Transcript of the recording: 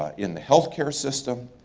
ah in the healthcare system,